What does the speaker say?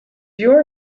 your